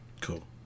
Cool